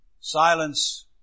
silence